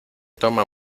toma